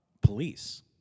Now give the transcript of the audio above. police